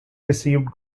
received